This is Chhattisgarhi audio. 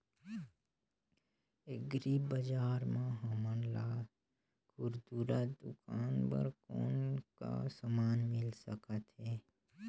एग्री बजार म हमन ला खुरदुरा दुकान बर कौन का समान मिल सकत हे?